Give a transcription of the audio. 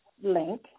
link